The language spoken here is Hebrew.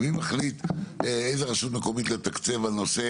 מי מחליט איזו רשות מקומית לתקצב על נושא